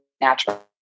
natural